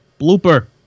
blooper